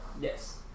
Yes